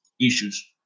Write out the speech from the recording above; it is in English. issues